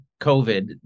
COVID